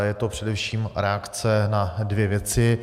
Je to především reakce na dvě věci.